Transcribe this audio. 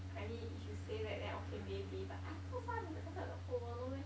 I mean if you say that then okay maybe but I thought SARS affected the whole world no meh